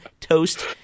toast